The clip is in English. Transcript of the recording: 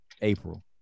april